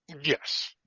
Yes